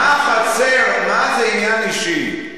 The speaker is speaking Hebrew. מה, זה עניין אישי?